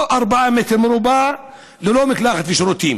או 4 מ"ר ללא מקלחות ושירותים.